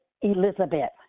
Elizabeth